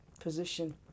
position